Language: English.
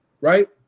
right